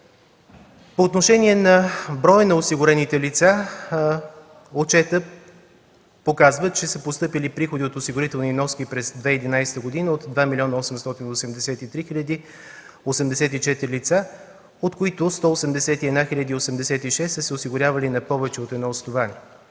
По отношение на броя на осигурените лица отчетът показва, че са постъпили приходи от осигурителни вноски през 2011 г. от 2 млн. 883 хил. 84 лица, от които 181 хил. 86 са се осигурявали на повече от едно основание.